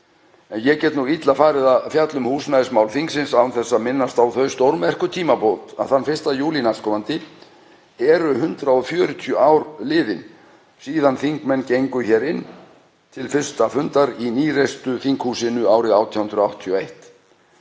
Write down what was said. Ég get illa farið að fjalla um húsnæðismál þingsins án þess að minnast á þau stórmerku tímamót að þann 1. júlí næstkomandi eru 140 ár liðin síðan þingmenn gengu hér inn til fyrsta fundar í nýreistu þinghúsinu árið 1881.